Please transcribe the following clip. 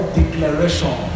declaration